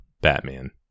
batman